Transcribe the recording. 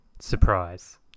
Surprise